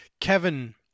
Kevin